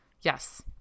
Yes